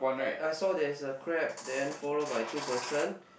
I I saw there is a crab then followed by two person